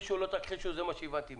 תכחישו או לא תכחישו, אבל זה מה שהבנתי מכם.